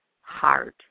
hard